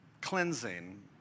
Cleansing